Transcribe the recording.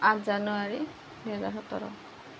আঠ জানুৱাৰী দুহেজাৰ সোতৰ